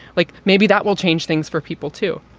like maybe that will change things for people, too